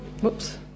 Whoops